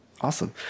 Awesome